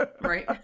Right